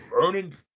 burning